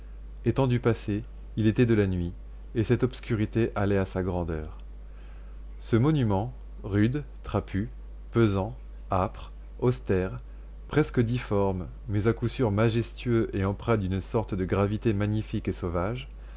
étant du passé il était de la nuit et cette obscurité allait à sa grandeur ce monument rude trapu pesant âpre austère presque difforme mais à coup sûr majestueux et empreint d'une sorte de gravité magnifique et sauvage